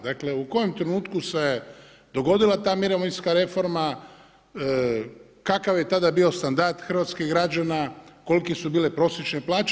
Dakle, u kojem trenutku se dogodila ta mirovinska reforma, kakav je tada bio standard hrvatskih građana, kolike su bile prosječne plaće.